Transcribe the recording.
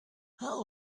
how